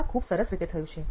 આ ખુબ સરસ રીતે થયું છે